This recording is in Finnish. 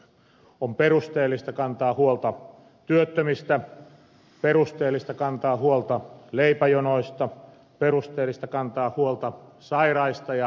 on perusteltua kantaa huolta työttömistä perusteltua kantaa huolta leipäjonoista perusteltua kantaa huolta sairaista ja avuntarvitsijoista